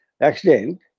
accident